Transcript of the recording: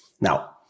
Now